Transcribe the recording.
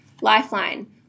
Lifeline